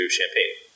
champagne